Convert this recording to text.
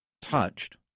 touched